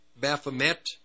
Baphomet